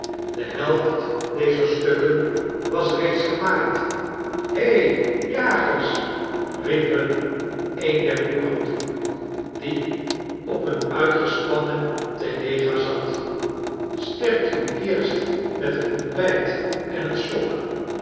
de helft dezer stukken was reeds gemaaid hei jagers riep hun een der boeren toe die op een uitgespannen telega zat sterkt u eerst met een ontbijt en een slok